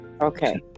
Okay